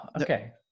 okay